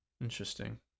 Interesting